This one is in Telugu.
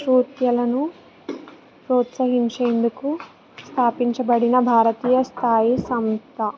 నృత్యలను ప్రోత్సహించేందుకు స్థాపించబడిన భారతీయ స్థాయి సంస్థ